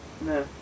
No